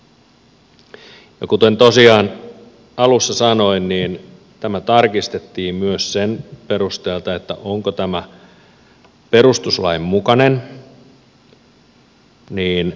ja kuten tosiaan alussa sanoin niin tämä tarkistettiin myös sen perusteella onko tämä perustuslain mukainen